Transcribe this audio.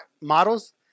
models